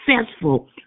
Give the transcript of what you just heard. successful